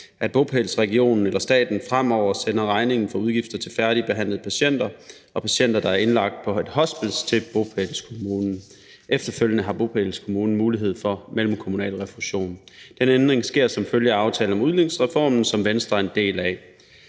at bopælsregionen eller staten fremover sender regningen for udgifter til færdigbehandlede patienter og patienter, der er indlagt på et hospice, til bopælskommunen. Efterfølgende har bopælskommunen mulighed for mellemkommunal refusion. Den ændring sker som følge af aftalen om udligningsreformen, som Venstre er en del af.